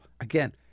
again